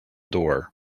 door